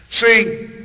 See